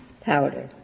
powder